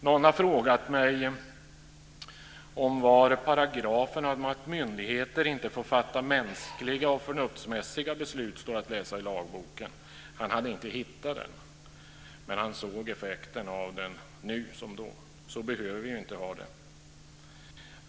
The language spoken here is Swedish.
Någon har frågat mig var paragrafen om att myndigheter inte får fatta mänskliga och förnuftsmässiga beslut står att läsa i lagboken. Han hade inte hittat den, men han såg effekten av den nu som då. Så behöver vi inte ha det.